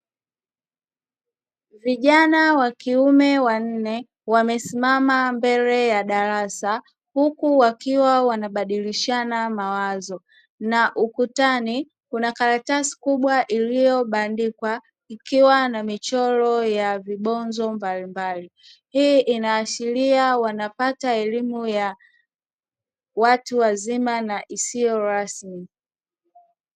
Vijana wa kiume wanne wamesimama mbele ya darasa huku wakiwa wanabadilishana mawazo na ukutani kunakaratasi kubwa iliyobandikwa ikiwa na michoro ya vibonzo mbalimbali hii inaashiria wanapata elimu ya watu wazima na isiyo rasmi.